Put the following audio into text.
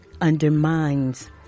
undermines